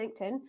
linkedin